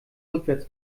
rückwärts